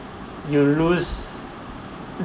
you lose